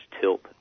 tilt